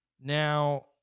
now